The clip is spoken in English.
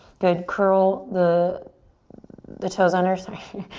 good, curl the the toes under, sorry,